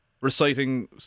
reciting